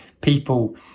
people